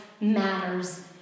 matters